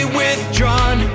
withdrawn